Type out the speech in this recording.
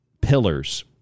pillars